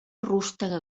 rústega